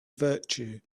virtue